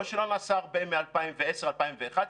לא שלא נעשה הרבה מ-2010 ו-2011,